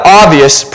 obvious